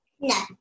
No